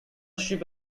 ship